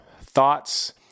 thoughts